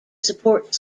supports